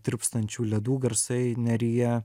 tirpstančių ledų garsai neryje